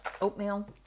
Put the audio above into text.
oatmeal